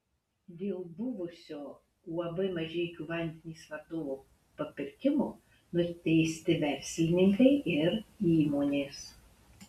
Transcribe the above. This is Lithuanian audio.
dėl buvusio uab mažeikių vandenys vadovo papirkimo nuteisti verslininkai ir įmonės